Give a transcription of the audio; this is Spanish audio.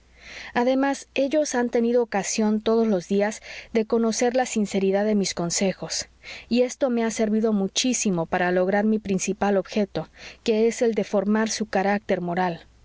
además ellos han tenido ocasión todos los días de conocer la sinceridad de mis consejos y esto me ha servido muchísimo para lograr mi principal objeto que es el de formar su carácter moral